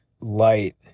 light